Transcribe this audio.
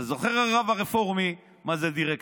אתה זוכר, הרב הרפורמי, מה זה דירקטורים?